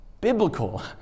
biblical